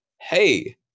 hey